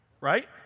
right